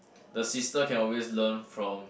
the sister can always learn from